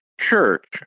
church